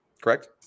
correct